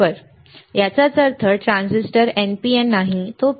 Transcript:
तर याचा अर्थ हा ट्रान्झिस्टर NPN नाही तो PNP आहे का